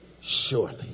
Surely